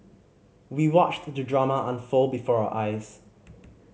we watched the drama unfold before our eyes